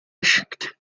asked